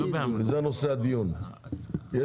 שלום, אני